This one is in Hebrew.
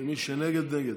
ומי שנגד, נגד.